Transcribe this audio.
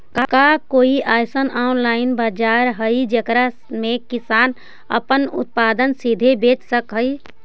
का कोई अइसन ऑनलाइन बाजार हई जेकरा में किसान अपन उत्पादन सीधे बेच सक हई?